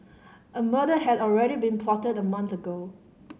a murder had already been plotted a month ago